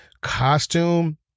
costume